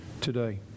today